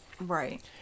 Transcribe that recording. Right